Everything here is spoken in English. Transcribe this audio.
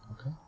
Okay